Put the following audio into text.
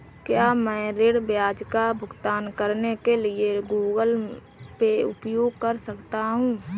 क्या मैं ऋण ब्याज का भुगतान करने के लिए गूगल पे उपयोग कर सकता हूं?